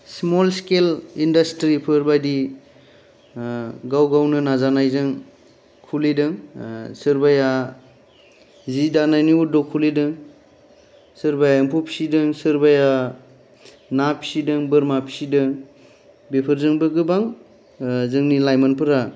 small scale इन्दासत्रिफोर बायदि ओ गाव गावनो नाजानायजों खुलिदों सोरबाया जि दानायनि उद्यग खुलिदों सोरबाया एम्फौ फिसिदों सोरबाया ना फिसिदों बोरमा फिसिदों बेफोरजोंबो गोबां जोंनि लाइमोनफोरा